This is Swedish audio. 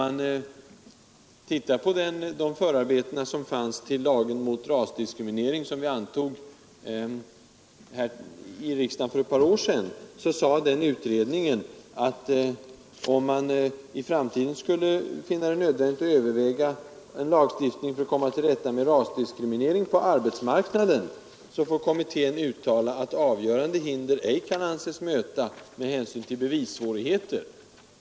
För ett par år sedan antog riksdagen en lag mot rasdiskriminering. I förarbetena till den lagen framhöll den utredning som arbetade med frågan, att om man i framtiden skulle finna det nödvändigt att överväga en lagstiftning för att komma till rätta med rasdiskriminering på arbetsmarknaden, så vill kommittén uttala att avgörande hinder ej kan anses möta med hänsyn till bevissvårigheter.